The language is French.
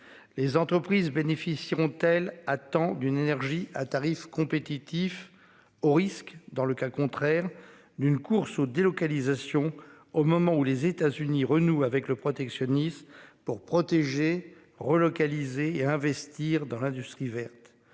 Les entreprises bénéficieront. Attends d'une énergie à tarif compétitif. Au risque dans le cas contraire d'une course aux délocalisations. Au moment où les États-Unis renoue avec le protectionnisme pour protéger relocaliser et investir dans l'industrie verte,